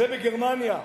זה בגרמניה.